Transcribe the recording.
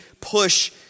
push